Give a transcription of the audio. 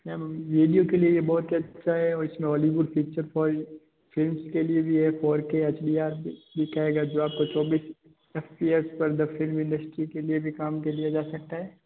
ma'am video के लिए ये बहुत अच्छा है और इसमें Hollywood picture four K films के लिए भी है four K H D R दिखाएगा जो आपको चौबीस एफ पी एस पर द फिल्म इंडस्ट्री के लिए भी काम के लिए जा सकता है